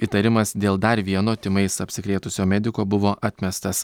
įtarimas dėl dar vieno tymais apsikrėtusio mediko buvo atmestas